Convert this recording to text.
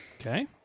Okay